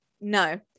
No